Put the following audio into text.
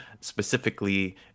specifically